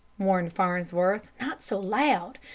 warned farnsworth. not so loud!